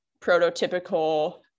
prototypical